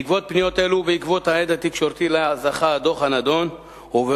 בעקבות פניות אלה ובעקבות ההד התקשורתי שהדוח הנדון זכה לו,